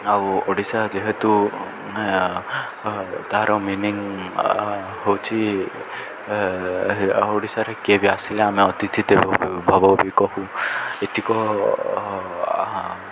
ଆଉ ଓଡ଼ିଶା ଯେହେତୁ ତହାର ମିିନିଙ୍ଗ ହଉଚି ଓଡ଼ିଶାରେ କିଏ ବି ଆସିଲେ ଆମେ ଅତିଥି ଦେବ ଭବ କହୁ ଏତିକ